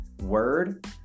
word